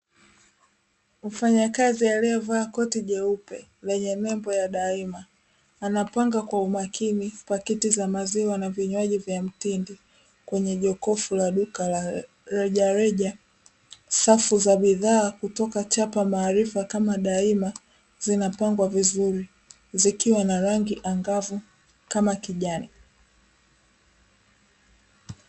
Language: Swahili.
Mfanyakazi aliyevaa koti jeupe lenye nembo ya "Daima", anapanga kwa umakini pakiti za maziwa na vinywaji vya mtindi kwenye jokofu la duka la rejareja. Safu za bidhaa kutoka chapa maarifa kama "Daima", zinapangwa vizuri zikiwa na rangi angavu kama kijani.